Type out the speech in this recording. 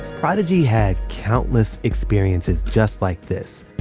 prodigy had countless experiences just like this,